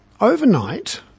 overnight